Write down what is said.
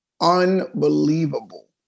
unbelievable